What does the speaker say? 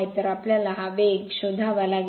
तर आम्हाला हा वेग शोधावा लागेल